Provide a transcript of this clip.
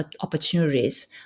opportunities